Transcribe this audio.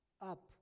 up